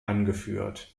angeführt